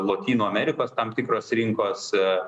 lotynų amerikos tam tikros rinkos